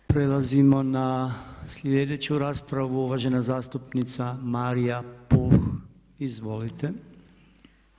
Prelazimo na sljedeću raspravu, uvažena zastupnica Marija Puh.